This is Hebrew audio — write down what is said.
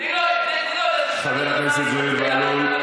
חבר הכנסת זוהיר בהלול.